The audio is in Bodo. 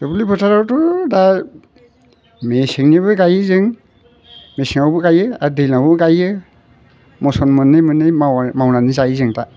दुब्लि फोथारावथ' दा मेसेंनिबो गायो जों मेसेङावबो गायो आर दैज्लाङावबो गायो मसन मोननै मोननै मावनानै जायो जों दा